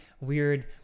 weird